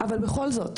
אבל בכל זאת